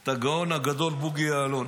את הגאון הגדול בוגי יעלון